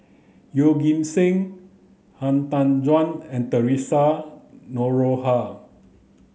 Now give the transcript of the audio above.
Yeoh Ghim Seng Han Tan Juan and Theresa Noronha